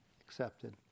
accepted